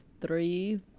three